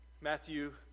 Matthew